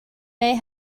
may